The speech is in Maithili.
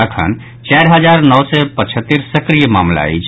अखन चारि हजार नओ सय पचहत्तरि सक्रिय मामिला अछि